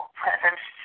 presence